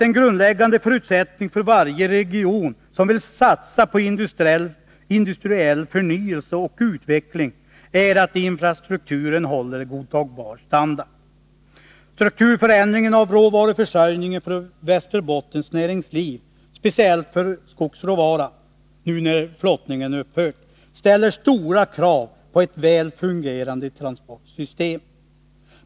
En grundläggande förutsättning för varje region som vill satsa på industriell förnyelse och utveckling är att infrastrukturen håller godtagbar standard. Strukturförändringen beträffande råvaruförsörjningen för Västerbottens näringsliv, speciellt för skogsråvaran, när flottningen har upphört, ställer stora krav på ett väl fungerande transportsystem.